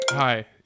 Hi